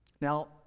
Now